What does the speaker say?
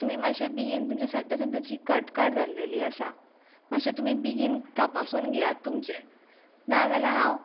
तुमी मातशें बेगीन तुमचें सद्दां सद्द्याची कट कट जाल्लेली आसा मातशें तुमी बेगीन तपासून घेयात तुमचे ना जाल्यार हांव